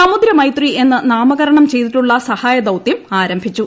സമുദ്രമൈത്രി എന്ന് നാമകരണം ചെയ്തിട്ടുള്ള സഹായദൌത്യം ആരംഭിച്ചു